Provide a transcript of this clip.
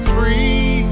Free